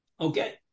Okay